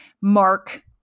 mark